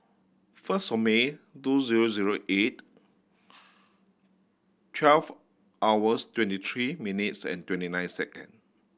first of May two zero zero eight twelve hours twenty three minutes and twenty nine second